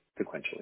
sequentially